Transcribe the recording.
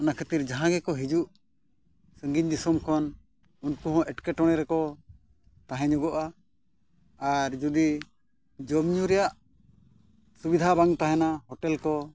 ᱚᱱᱟ ᱠᱷᱟᱹᱛᱤᱨ ᱡᱟᱦᱟᱸ ᱜᱮᱠᱚ ᱦᱤᱡᱩᱜ ᱥᱟᱺᱜᱤᱧ ᱫᱤᱥᱚᱢ ᱠᱷᱚᱱ ᱩᱱᱠᱩ ᱦᱚᱸ ᱮᱴᱠᱮᱴᱚᱬᱮ ᱨᱮᱠᱚ ᱛᱟᱦᱮᱸ ᱧᱚᱜᱚᱜᱼᱟ ᱟᱨ ᱡᱩᱫᱤ ᱡᱚᱢᱼᱧᱩ ᱨᱮᱭᱟᱜ ᱥᱩᱵᱤᱫᱷᱟ ᱵᱟᱝ ᱛᱟᱦᱮᱱᱟ ᱠᱚ